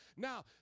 Now